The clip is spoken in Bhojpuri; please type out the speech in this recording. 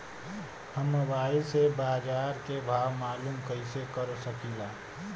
हम मोबाइल से बाजार के भाव मालूम कइसे कर सकीला?